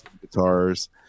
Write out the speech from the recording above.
guitars